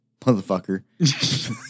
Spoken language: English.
Motherfucker